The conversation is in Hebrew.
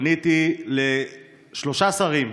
פניתי לשלושה שרים,